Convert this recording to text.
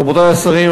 רבותי השרים,